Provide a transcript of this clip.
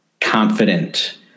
confident